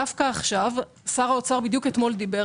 דווקא עכשיו שר האוצר בדיוק אתמול דיבר